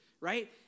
right